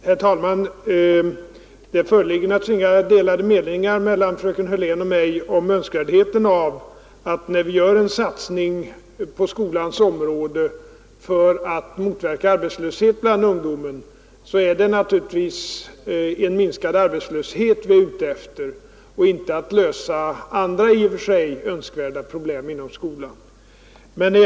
Herr talman! Det föreligger inga delade meningar mellan fröken Hörlén och mig om syftet härvidlag. När vi gör en satsning på skolans område för att motverka arbetslösheten bland ungdomen, så är det naturligtvis en minskad arbetslöshet vi är ute efter och inte att lösa andra problem på skolans område, vilket i och för sig vore önskvärt.